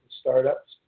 startups